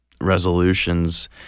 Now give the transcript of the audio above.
resolutions